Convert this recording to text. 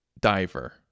diver